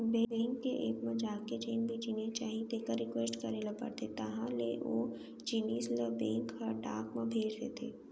bank के app म जाके जेन भी जिनिस चाही तेकर रिक्वेस्ट करे ल परथे तहॉं ले ओ जिनिस ल बेंक ह डाक म भेज देथे